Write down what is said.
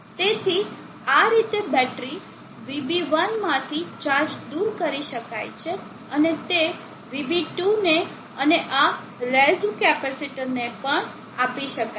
તેથી આ રીતે બેટરી VB1 માંથી ચાર્જ દૂર કરી શકાય છે અને તે VB2 ને અને આ રેઝ્વ કેપેસિટર ને પણ આપી શકાય છે